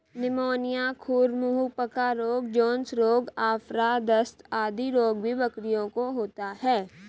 pneumonia, खुर मुँह पका रोग, जोन्स रोग, आफरा, दस्त आदि रोग भी बकरियों को होता है